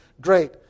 great